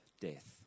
death